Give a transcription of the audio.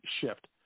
shift